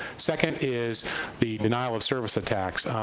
second is the denial-of-service attacks.